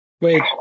Wait